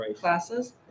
classes